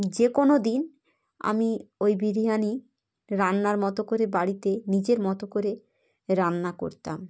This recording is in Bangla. যে কোনো দিন আমি ওই বিরিয়ানি রান্নার মতো করে বাড়িতে নিজের মতো করে রান্না করতাম